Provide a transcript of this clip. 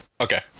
Okay